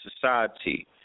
society